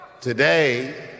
today